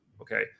Okay